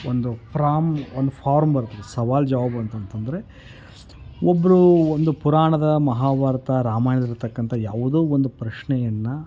ಒಂದು ಫ್ರಾಮ್ ಒಂದು ಫಾರ್ಮ್ ಬರ್ತದೆ ಸವಾಲು ಜವಾಬು ಅಂತಂತಂದರೆ ಒಬ್ಬರು ಒಂದು ಪುರಾಣದ ಮಹಾಭಾರತ ರಾಮಾಯಣದಲ್ಲಿರ್ತಕ್ಕಂಥ ಯಾವುದೋ ಒಂದು ಪ್ರಶ್ನೆಯನ್ನು